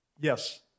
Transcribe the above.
Yes